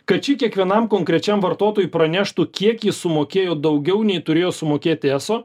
kad ši kiekvienam konkrečiam vartotojui praneštų kiek jis sumokėjo daugiau nei turėjo sumokėti eso